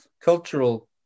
cultural